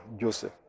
Joseph